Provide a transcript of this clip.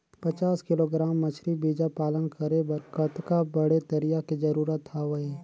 पचास किलोग्राम मछरी बीजा पालन करे बर कतका बड़े तरिया के जरूरत हवय?